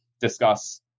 discuss